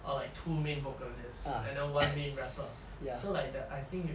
or like two main vocalists and then one main rapper so like the I think you